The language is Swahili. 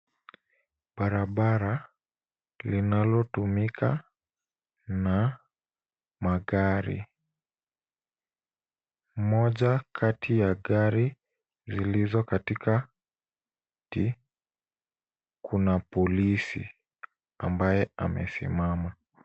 Barabara linalotumika na magari. Moja kati ya gari zilizo katikati, kuna polisi ambaye amesimama.